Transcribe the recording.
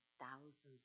thousands